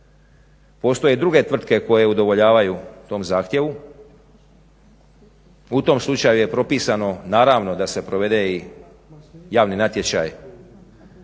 postoje druge tvrtke koje udovoljavaju tom zahtjevu. U tom slučaju je propisano naravno da se provede i javni natječaj